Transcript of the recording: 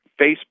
Facebook